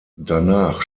danach